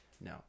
No